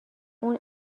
اون